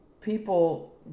people